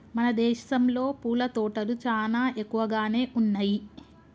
మన దేసంలో పూల తోటలు చానా ఎక్కువగానే ఉన్నయ్యి